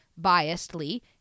biasedly